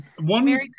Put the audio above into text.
one